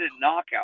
knockout